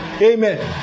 Amen